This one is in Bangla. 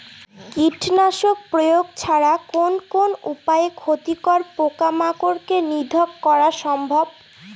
কীটনাশক প্রয়োগ ছাড়া কোন কোন উপায়ে ক্ষতিকর পোকামাকড় কে নিধন করা সম্ভব?